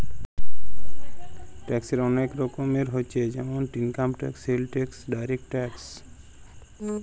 ট্যাক্সের ওলেক রকমের হচ্যে জেমল income tax, sales tax, direct tax